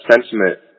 sentiment